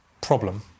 problem